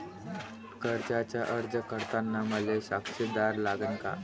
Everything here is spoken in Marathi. कर्जाचा अर्ज करताना मले साक्षीदार लागन का?